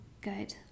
good